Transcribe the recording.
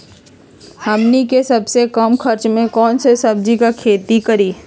हमनी के सबसे कम खर्च में कौन से सब्जी के खेती करी?